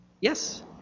Yes